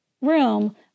room